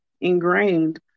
ingrained